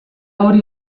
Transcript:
hori